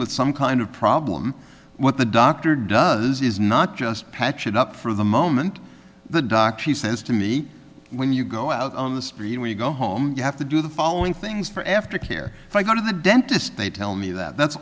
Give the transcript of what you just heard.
with some kind of problem what the doctor does is not just patch it up for the moment the doc she says to me when you go out on the street when you go home you have to do the following things for aftercare if i go to the dentist they tell me that that's